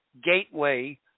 gateway